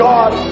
God